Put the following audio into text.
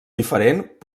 diferent